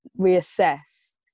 reassess